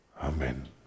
Amen